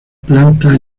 planta